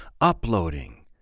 Uploading